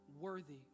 worthy